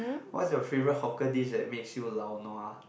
what's your favorite hawker dish that makes you lao nua